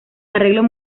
arreglos